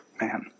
man